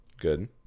Good